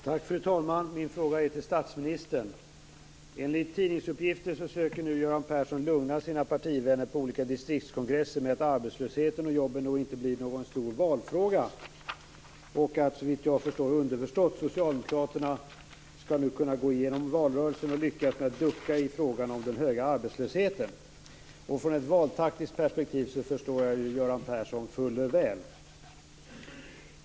Fru talman! Jag riktar min fråga till statsministern. Enligt tidningsuppgifter försöker nu Göran Persson lugna sina partivänner på olika distriktskongresser med att arbetslösheten och jobben nog inte blir någon stor valfråga. Underförstått skall socialdemokraterna såvitt jag förstår kunna gå igenom valrörelsen och lyckas ducka i frågan om den höga arbetslösheten. I ett valtaktiskt perspektiv förstår jag Göran Persson fuller väl.